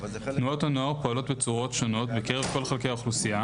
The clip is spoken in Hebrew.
תנועות הנוער פועלות בצורות שונות בקרב כל חלקי האוכלוסייה